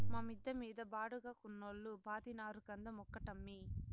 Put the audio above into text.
మా మిద్ద మీద బాడుగకున్నోల్లు పాతినారు కంద మొక్కటమ్మీ